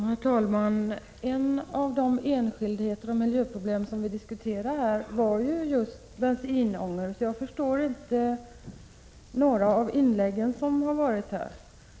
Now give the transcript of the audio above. Herr talman! En av de enskildheter och ett av de miljöproblem vi diskuterar är just bensinångor. Jag förstår inte några av de inlägg som gjorts här.